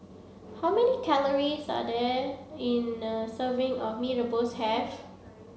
how many calories a day in serving of Mee rebus have